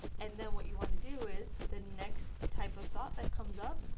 and then what you want to do is, the next type of thought that comes up,